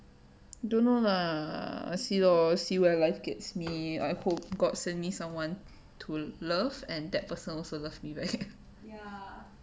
don't know lah I see lor see where life gets me I hope god send me someone to love and that person also love me back